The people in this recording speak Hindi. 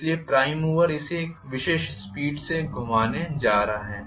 इसलिए प्राइम मूवर इसे एक विशेष स्पीड से घुमाने जा रहा है